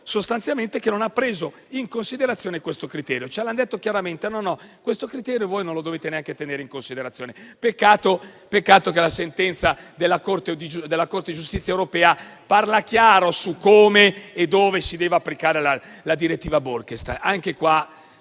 sostanzialmente non ha preso in considerazione questo criterio. Ci hanno detto chiaramente che questo criterio non lo dovevamo neanche tenere in considerazione. Peccato che la sentenza della Corte di giustizia europea parli chiaro su come e dove si deve applicare la direttiva Bolkestein. Anche qui,